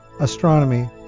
astronomy